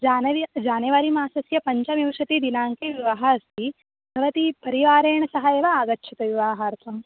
जानवी जानेवरी मासस्य पञ्चविंशतिः दिनाङ्के विवाहः अस्ति भवती परिवारेण सह एव वा आगच्छतु विवाहार्थम्